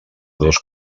dos